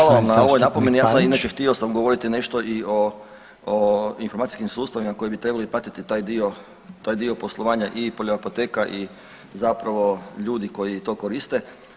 Hvala vam na ovoj napomeni, ja sam inače htio sam govoriti nešto i o, o informacijskim sustavima koji bi trebali pratiti taj dio, taj dio poslovanja i poljoapoteka i zapravo ljudi koji to koriste.